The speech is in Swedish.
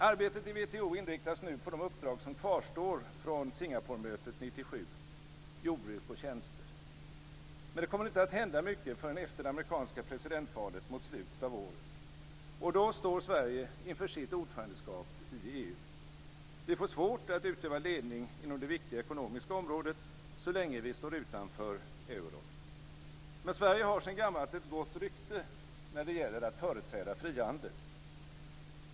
Arbetet i WTO inriktas nu på de uppdrag som kvarstår från Singaporemötet 1997 - jordbruk och tjänster. Men det kommer inte att hända mycket förrän efter det amerikanska presidentvalet mot slutet av året. Då står Sverige inför sitt ordförandeskap i EU. Vi får svårt att utöva ledning inom det viktiga ekonomiska området så länge vi står utanför när det gäller euron. Men Sverige har sedan gammalt gott rykte när det gäller att företräda frihandeln.